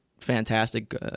fantastic